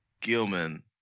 Gilman